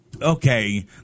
Okay